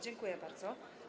Dziękuję bardzo.